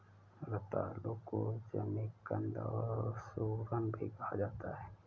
रतालू को जमीकंद और सूरन भी कहा जाता है